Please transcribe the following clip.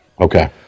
Okay